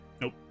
Nope